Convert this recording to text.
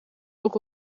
ook